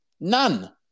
None